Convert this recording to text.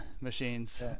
machines